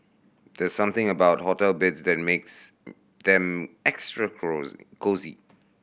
there's something about hotel beds that makes them extra cosy